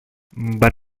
but